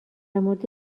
مورد